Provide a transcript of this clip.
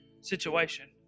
situation